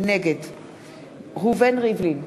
נגד ראובן ריבלין,